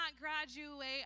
graduate